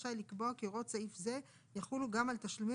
רשאי לקבוע כי הוראות סעיף זה יחולו גם על תשלומים